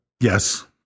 Yes